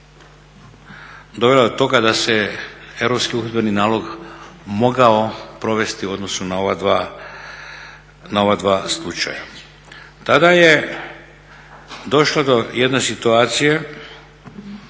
dovela do toga da se Europski uhidbeni nalog mogao provesti u odnosu na ova dva slučaja. Tada je došlo do jedne situacije